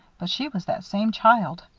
but she was that same child.